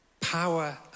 Power